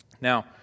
now